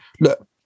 look